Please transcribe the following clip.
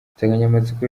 insanganyamatsiko